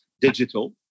digital